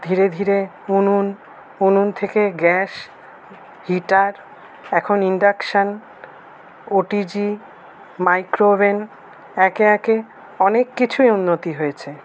ধীরে ধীরে উনুন উনুন থেকে গ্যাস হিটার এখন induction O T G micro oven একে একে অনেক কিছুই উন্নতি হয়েছে